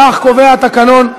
כך קובע התקנון.